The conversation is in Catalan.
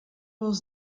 els